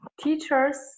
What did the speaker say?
teachers